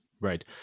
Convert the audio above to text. Right